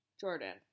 Jordan